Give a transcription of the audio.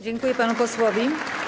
Dziękuję panu posłowi.